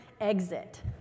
exit